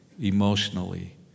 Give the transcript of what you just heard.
emotionally